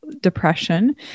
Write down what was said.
depression